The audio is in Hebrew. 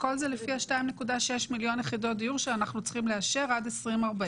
הכול זה לפי ה-2.6 מיליון יחידות דיור שאנחנו צריכים לאשר עד 2040,